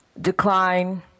decline